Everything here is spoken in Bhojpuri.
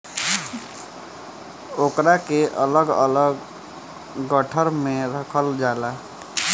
ओकरा के अलग अलग गट्ठर मे रखल जाला